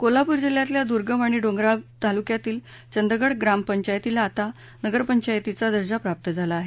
कोल्हापूर जिल्ह्यातील दुर्गम आणि डोंगरळ तालुक्यातील चंदगड ग्रामपंचायतीला आता नगरपंचायतीचा दर्जा प्राप्त झाला आहे